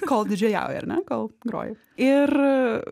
kol didžėjauji ar ne kol groji ir